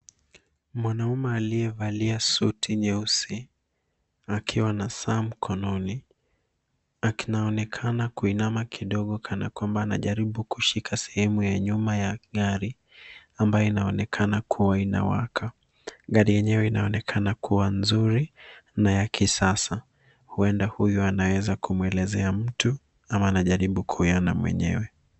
Mwanaume aliyevalia suti nyeusi akiwa na saa mkononi, anaonekana kuinama kidogo kana kwamba anajaribu kushika sehemu ya nyuma ya gari ambayo inaoonekana kuwaka. Gari lenyewe linaonekana kuwa zuri na la kisasa. Huenda mtu huyu anajaribu kumuelezea mtu jambo, au anajaribu kuona mwenyewe.